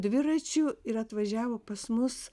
dviračių ir atvažiavo pas mus